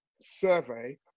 survey